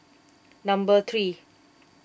number three